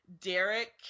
Derek